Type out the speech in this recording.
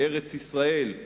לארץ-ישראל.